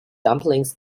dumplings